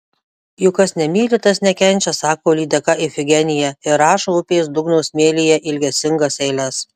juk kas nemyli tas nekenčia sako lydeka ifigenija ir rašo upės dugno smėlyje ilgesingas eiles